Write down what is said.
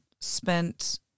spent